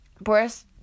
Boris